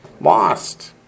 Lost